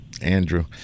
Andrew